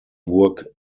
burg